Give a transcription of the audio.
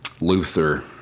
Luther